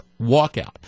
walkout